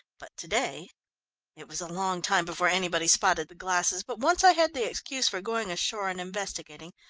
but to-day it was a long time before anybody spotted the glasses, but once i had the excuse for going ashore and investigating,